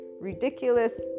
ridiculous